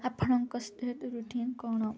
ଆପଣଙ୍କ ରୁଟିନ୍ କ'ଣ